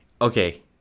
Okay